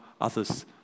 others